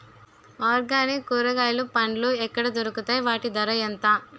Organic కూరగాయలు పండ్లు ఎక్కడ దొరుకుతాయి? వాటి ధర ఎంత?